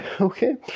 okay